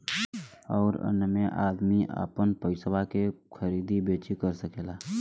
अउर अन्य मे अदमी आपन पइसवा के खरीदी बेची कर सकेला